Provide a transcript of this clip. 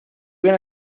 ven